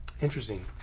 interesting